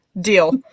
Deal